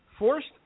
forced